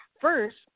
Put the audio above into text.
first